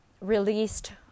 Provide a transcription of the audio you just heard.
released